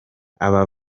aba